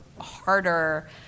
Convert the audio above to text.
harder